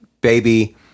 baby